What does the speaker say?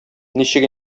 ничек